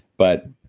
but